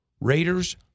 Raiders